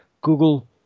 Google